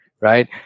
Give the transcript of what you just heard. right